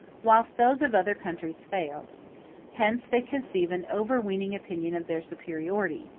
whilst those of other countries fail hence they conceive an overweening opinion of their superiority,